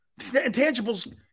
intangibles